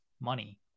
money